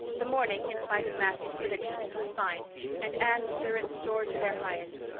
the morning, in spite of matthew's predictions, was fine and anne's spirits soared to their highest.